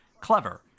clever